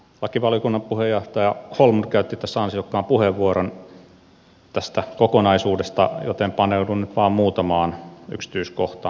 lakivaliokunnan puheenjohtaja holmlund käytti tässä ansiokkaan puheenvuoron tästä kokonaisuudesta joten paneudun nyt vain muutamaan yksityiskohtaan